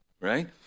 right